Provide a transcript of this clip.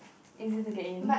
easier to get in